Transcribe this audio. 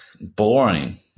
boring